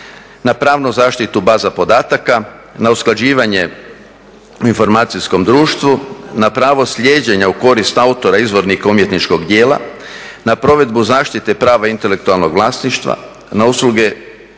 na pravnu zaštitu baza podataka, na usklađivanje u informacijskom društvu, na pravo slijeđenja u korist autora izvornika umjetničkog djela, na provedbu zaštite prava intelektualnog vlasništva, na usluge